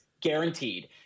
Guaranteed